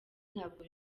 ntabwo